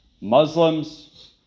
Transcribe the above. Muslims